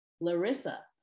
Larissa